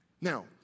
Now